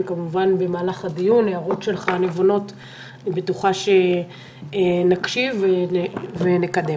כמובן במהלך הדיון אני בטוחה שנקשיב להערות הנבונות שלך ונקדם.